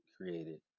created